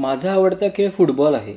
माझा आवडता खेळ फुटबॉल आहे